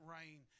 rain